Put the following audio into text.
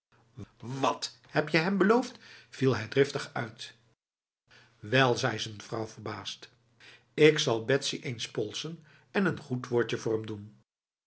wat heb je hem beloofd viel hij driftig uit wel zei z'n vrouw verbaasd ik zal betsy eens polsen en een goed woordje voor hem doenf